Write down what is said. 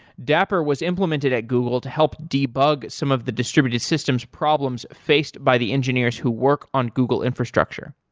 dapper was implemented at google to help debug some of the distributed systems problems faced by the engineers who work on google infrastructure.